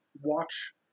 watch